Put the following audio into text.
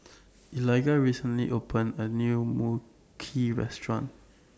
Eligah recently opened A New Mui Kee Restaurant